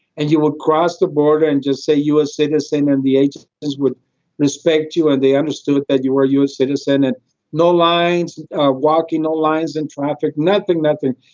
and you will cross the border and just say u s. citizen and the agent is would respect you. and they understood that you were a u s. citizen and no lines walking, no lines and traffic. nothing, nothing.